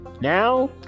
Now